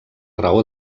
raó